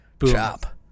Chop